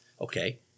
Okay